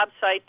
site